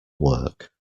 work